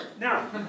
Now